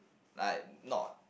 like not